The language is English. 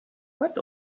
what